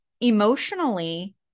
emotionally